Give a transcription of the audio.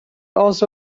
also